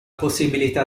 possibilità